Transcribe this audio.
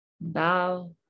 Bow